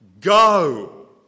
go